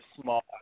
small